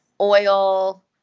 oil